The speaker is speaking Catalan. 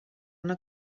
una